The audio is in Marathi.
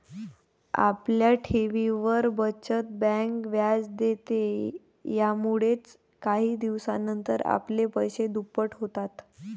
आपल्या ठेवींवर, बचत बँक व्याज देते, यामुळेच काही दिवसानंतर आपले पैसे दुप्पट होतात